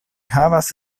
havas